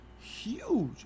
huge